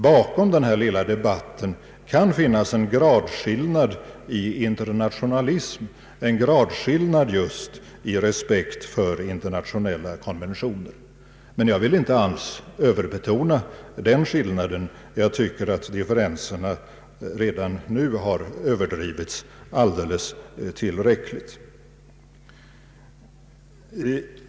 Bakom denna lilla debatt kan finnas en gradskillnad i internationalism, en gradskillnad i fråga om respekt för internationella konventioner. Men jag vill inte alls överbetona den skillnaden; jag tycker att differenserna redan nu har överdrivits alldeles tillräckligt.